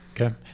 okay